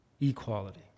equality